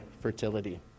fertility